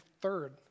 third